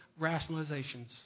rationalizations